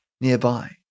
nearby